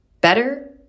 Better